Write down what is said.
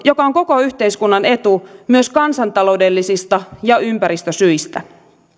joka on koko yhteiskunnan etu myös kansantaloudellisista ja ympäristösyistä